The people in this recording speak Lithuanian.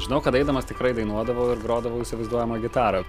žinau kad eidamas tikrai dainuodavau ir grodavau įsivaizduojamą gitarą